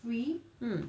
mm